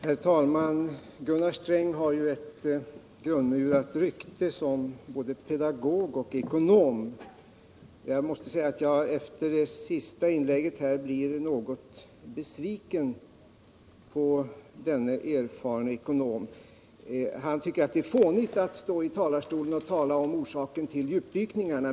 Herr talman! Gunnar Sträng har ju ett grundmurat rykte som både pedagog och ekonom. Jag måste säga att jag efter det senaste inlägget här blir något besviken på denne erfarne ekonom. Gunnar Sträng tycker att det är fånigt att stå i talarstolen och tala om orsaken till djupdykningarna.